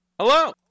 Hello